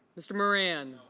mr. moran